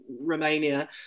Romania